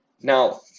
Now